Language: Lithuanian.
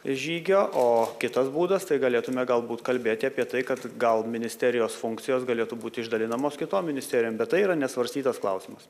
žygio o kitas būdas tai galėtume galbūt kalbėti apie tai kad gal ministerijos funkcijos galėtų būti išdalinamos kitom ministerijom bet tai yra nesvarstytas klausimas